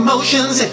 Emotions